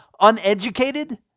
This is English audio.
uneducated